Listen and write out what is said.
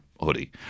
hoodie